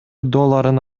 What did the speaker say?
долларын